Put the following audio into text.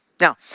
Now